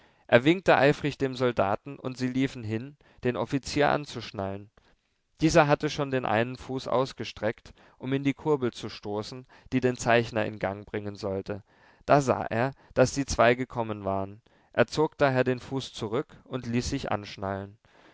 er winkte eifrig dem soldaten und sie liefen hin den offizier anzuschnallen dieser hatte schon den einen fuß ausgestreckt um in die kurbel zu stoßen die den zeichner in gang bringen sollte da sah er daß die zwei gekommen waren er zog daher den fuß zurück und ließ sich anschnallen